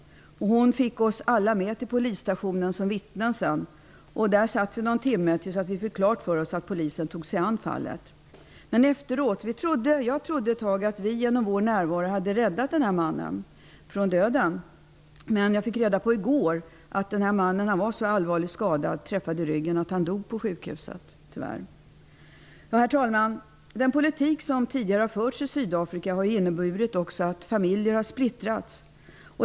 Hon fick oss alla med till polisstationen som vittnen. Där satt vi någon timme tills vi fick klart för oss att polisen tog sig an fallet. Jag trodde ett tag att vi genom vår närvaro hade räddat den skjutne mannen från döden, men jag fick reda på i går att han var så allvarligt skadad, träffad i ryggen, att han dog på sjukhuset. Herr talman! Den politik som tidigare har förts i Sydafrika har också inneburit att familjer har splittrats.